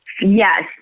Yes